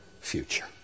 future